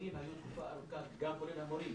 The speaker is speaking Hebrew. התלמידים היו תקופה ארוכה, כולל המורים,